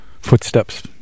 footsteps